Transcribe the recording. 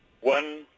One